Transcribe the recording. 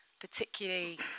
particularly